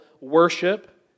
worship